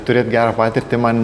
turėt gerą patirtį man